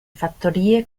fattorie